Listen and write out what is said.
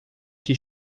que